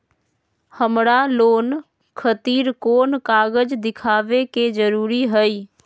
हमरा लोन खतिर कोन कागज दिखावे के जरूरी हई?